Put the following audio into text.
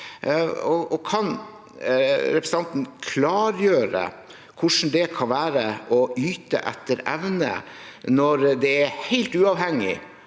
Kan representanten klargjøre hvordan det kan være å yte etter evne, når det er helt uavhengig